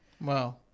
Wow